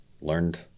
learned